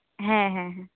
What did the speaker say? ᱦᱮᱸ ᱦᱮᱸ ᱦᱮᱸ